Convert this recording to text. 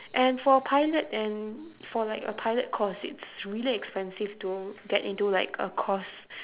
and for pilot and for like a pilot course it's really expensive to get into like a course